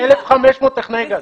יש 1,500 טכנאי גז.